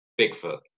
Bigfoot